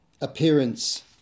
appearance